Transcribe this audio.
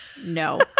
no